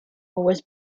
was